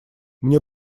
мне